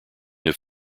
have